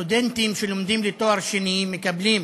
סטודנטים שלומדים לתואר שני מקבלים,